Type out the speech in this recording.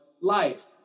life